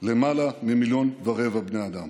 למעלה ממיליון ורבע בני אדם.